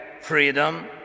freedom